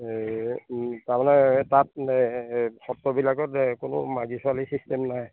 এই তাৰমানে তাত এই সত্ৰবিলাকত কোনো মাইকী ছোৱালী ছিষ্টেম নাই